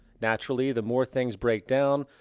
naturally, the more things break down,